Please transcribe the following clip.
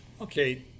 Okay